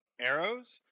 arrows